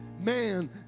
man